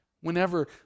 whenever